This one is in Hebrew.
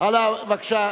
אדוני, בבקשה.